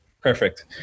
Perfect